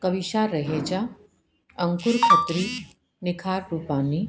Kavisha Raheja Ankur Khatri Nikhar Kurpani